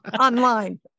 online